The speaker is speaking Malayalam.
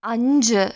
അഞ്ച്